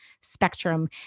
spectrum